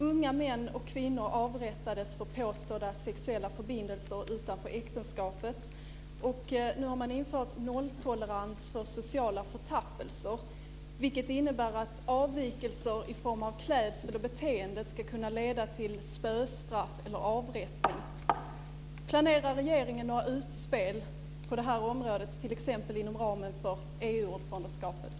Unga män och kvinnor avrättades för påstådda sexuella förbindelser utanför äktenskapet. Nu har man infört nolltolerans för sociala förtappelser, vilket innebär att avvikelser i form av klädsel och beteende ska kunna leda till spöstraff eller avrättning. Planerar regeringen några utspel på det här området, t.ex. inom ramen för EU-ordförandeskapet?